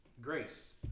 Grace